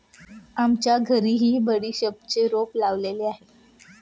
आमच्या घरीही बडीशेपचे रोप लावलेले आहे